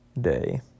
day